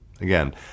Again